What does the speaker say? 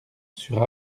sur